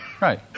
Right